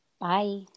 Bye